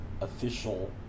official